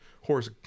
horse